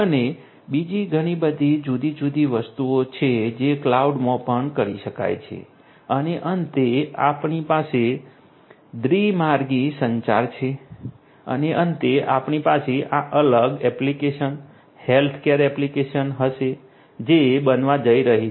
અને બીજી ઘણી બધી જુદી જુદી વસ્તુઓ છે જે ક્લાઉડમાં પણ કરી શકાય છે અને અંતે આપણી પાસે આ દ્વિ માર્ગી સંચાર છે અને અંતે આપણી પાસે આ અલગ એપ્લિકેશન હેલ્થકેર એપ્લિકેશન હશે જે બનવા જઈ રહી છે